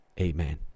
Amen